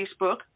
Facebook